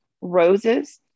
roses